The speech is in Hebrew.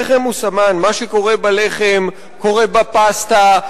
מה שקורה בלחם קורה בפסטה,